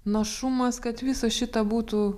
našumas kad visa šita būtų